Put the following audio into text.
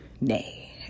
nay